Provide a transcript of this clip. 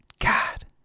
God